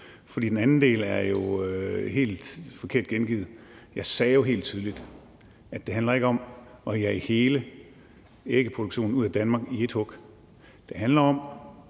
Den anden del er jo helt forkert gengivet. Jeg sagde jo helt tydeligt, at det ikke handler om at jage hele ægproduktionen ud af Danmark i ét hug. Det handler om,